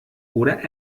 oder